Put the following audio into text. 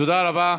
תודה רבה.